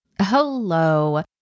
Hello